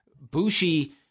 Bushi